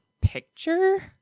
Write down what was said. picture